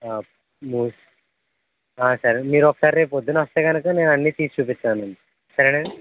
సరే మీరు ఒకసారి రేపు పొద్దున వస్తే గనక నేను అన్ని తీసి చూపిస్తా నండి సరేనండి